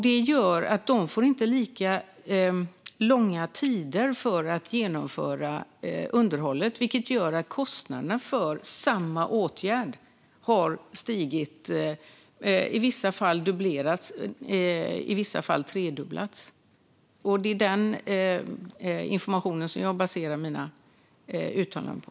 Detta gör att de inte får lika mycket tid för att genomföra underhållet, vilket i sin tur gör att kostnaderna för samma åtgärd har stigit - i vissa fall har de dubblerats, i andra fall har de tredubblats. Det är denna information som jag baserar mina uttalanden på.